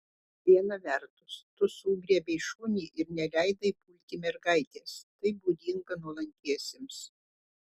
viena vertus tu sugriebei šunį ir neleidai pulti mergaitės tai būdinga nuolankiesiems